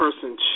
person